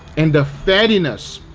and the fattiness,